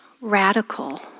radical